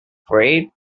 afraid